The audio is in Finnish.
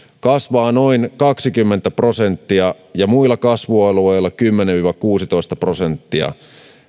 kasvaa noin kaksikymmentä prosenttia ja muiden kasvualueiden kymmenen viiva kuusitoista prosenttia